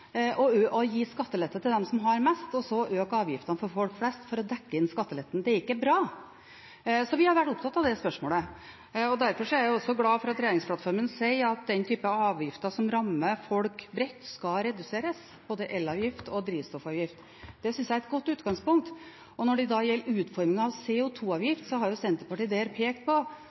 å gi skattelette til dem som har mest, og så øke avgiftene for folk flest for å dekke inn skatteletten. Det er ikke bra, så vi har vært opptatt av det spørsmålet. Derfor er jeg glad for at regjeringsplattformen sier at den typen avgifter som rammer folk bredt, skal reduseres, både elavgift og drivstoffavgift. Det synes jeg er et godt utgangspunkt. Når det gjelder utformingen av CO 2 -avgift, har Senterpartiet der pekt på